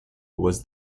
was